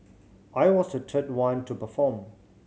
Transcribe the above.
I was the third one to perform